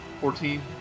Fourteen